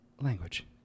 language